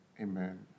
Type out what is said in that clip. Amen